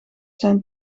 zijn